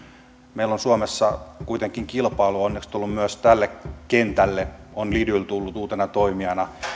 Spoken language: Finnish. meillä on suomessa kuitenkin kilpailua onneksi tullut myös tälle kentälle on lidl tullut uutena toimijana